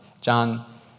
John